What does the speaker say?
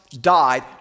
died